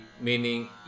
meaning